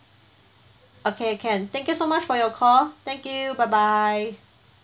okay can thank you so much for your call thank you bye bye